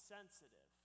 Sensitive